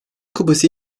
kupası